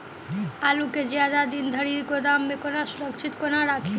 आलु केँ जियादा दिन धरि गोदाम मे कोना सुरक्षित कोना राखि?